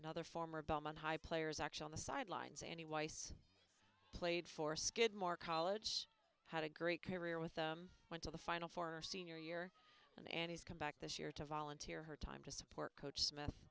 another former belmont high players actual on the sidelines any weis played for skidmore college had a great career with them went to the final four senior year in and has come back this year to volunteer her time to support coach smith